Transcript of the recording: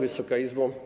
Wysoka Izbo!